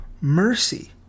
mercy